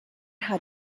had